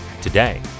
today